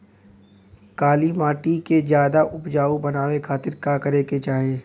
काली माटी के ज्यादा उपजाऊ बनावे खातिर का करे के चाही?